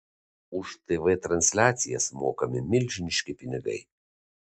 už tv transliacijas mokami milžiniški pinigai